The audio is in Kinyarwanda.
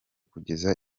kugeza